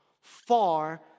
far